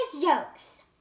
jokes